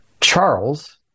Charles